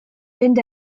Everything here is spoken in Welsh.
fynd